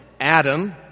Adam